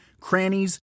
crannies